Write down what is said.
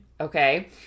Okay